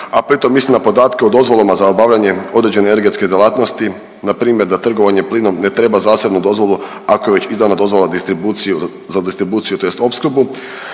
a pri tom mislim na podatke o dozvolama za obavljanje određene energetske djelatnosti npr. da trgovanje plinom ne treba zasebnu dozvolu ako je već izdana dozvola distribuciju, za distribuciju